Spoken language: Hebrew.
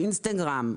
באינסטרגם.